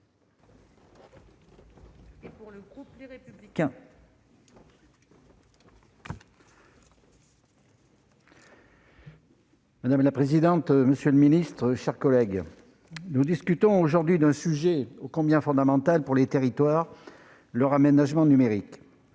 Madame la présidente, monsieur le secrétaire d'État, mes chers collègues, nous discutons aujourd'hui d'un sujet ô combien fondamental pour les territoires : l'aménagement numérique.